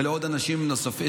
ולנוכח דבריך,